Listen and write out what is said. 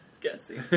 guessing